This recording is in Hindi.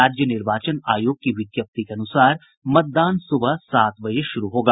राज्य निर्वाचन आयोग की विज्ञप्ति के अनुसार मतदान सुबह सात बजे से शुरू होगा